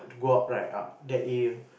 go up right ah that area